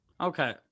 Okay